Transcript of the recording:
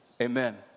amen